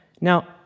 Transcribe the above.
Now